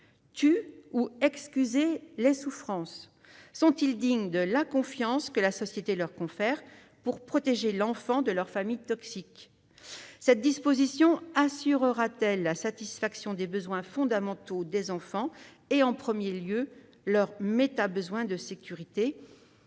tu ou excusé les souffrances, s'ils sont dignes de la confiance que la société leur confère pour protéger l'enfant de sa famille toxique. Cette disposition permettra-t-elle d'assurer la satisfaction des besoins fondamentaux des enfants et, en premier lieu, de leur méta-besoin de sécurité ?